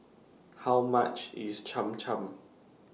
How much IS Cham Cham